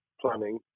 planning